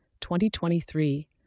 2023